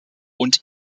und